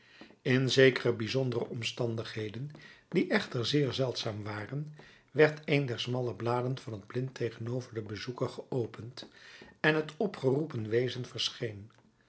in zekere bijzondere omstandigheden die echter zeer zeldzaam waren werd een der smalle bladen van het blind tegenover den bezoeker geopend en het opgeroepen wezen verscheen